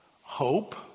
hope